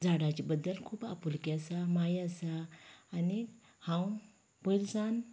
झाडांच्या बद्दल खूब आपुलकी आसा माया आसा आनीक हांव पयली सावन